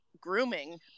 grooming